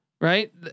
right